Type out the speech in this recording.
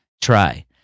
try